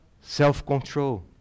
Self-control